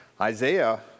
Isaiah